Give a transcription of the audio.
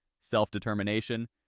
self-determination